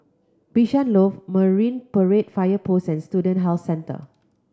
Bishan Loft Marine Parade Fire Post and Student Health Centre